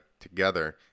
together